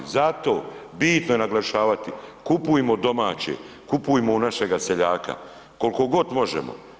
Zato bitno je naglašavati, kupujmo domaće, kupujmo u našega seljaka, koliko god možemo.